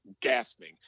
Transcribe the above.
gasping